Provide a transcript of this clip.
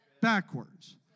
backwards